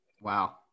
Wow